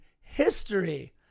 history